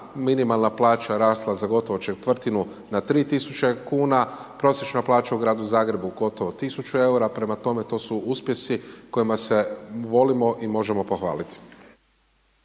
minimalna plaća rasla za gotovo četvrtinu na 3.000 kuna, prosječna plaća u Gradu Zagrebu gotovo 1.000 EUR-a, prema tome to su uspjesi kojima se volimo i možemo pohvaliti.